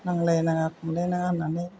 नांलाय नाङा खमलाय नाङा होन्नानै